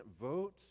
vote